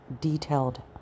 detailed